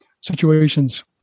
situations